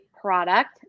product